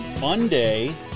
Monday